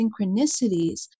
synchronicities